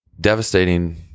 Devastating